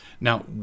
Now